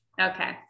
Okay